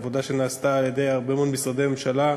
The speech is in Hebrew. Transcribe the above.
עבודה שנעשתה על-ידי הרבה מאוד משרדי ממשלה,